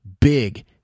big